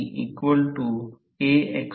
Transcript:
हे आउटपुट विभाजित संपूर्ण इनपुट आहे